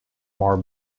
more